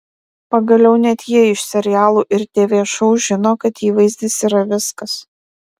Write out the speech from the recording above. pagaliau net jie iš serialų ir tv šou žino kad įvaizdis yra viskas